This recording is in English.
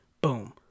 Boom